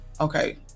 okay